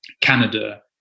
Canada